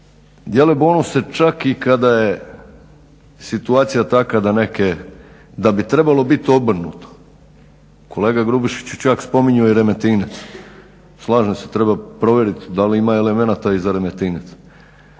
Dijeli bonuse čak i kada je situacija takva da neke, da bi trebalo biti obrnuto. Kolega Grubišić je čak spominjao i Remetinec. Slažem se, treba provjeriti da li ima elemenata i za Remetinec.